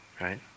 right